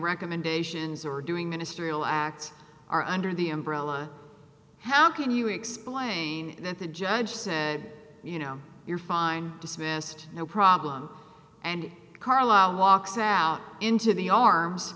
recommendations or doing ministry of the act are under the umbrella how can you explain that the judge said you know you're fine dismissed no problem and carlisle walks out into the arms